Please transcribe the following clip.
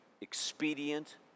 expedient